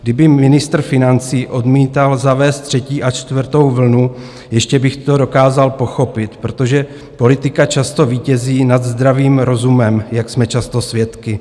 Kdyby ministr financí odmítal zavést třetí a čtvrtou vlnu, ještě bych to dokázal pochopit, protože politika často vítězí nad zdravým rozumem, jak jsme často svědky.